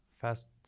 Fast